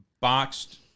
boxed